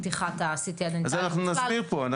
פתיחת ה-CT הדנטלי וכאלה --- אז אנחנו נסביר פה.